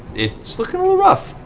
it's looking a little rough.